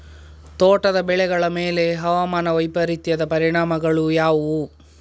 ತೋಟದ ಬೆಳೆಗಳ ಮೇಲೆ ಹವಾಮಾನ ವೈಪರೀತ್ಯದ ಪರಿಣಾಮಗಳು ಯಾವುವು?